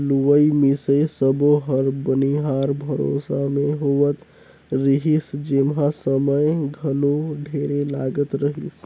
लुवई मिंसई सब्बो हर बनिहार भरोसा मे होवत रिहिस जेम्हा समय घलो ढेरे लागत रहीस